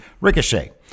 Ricochet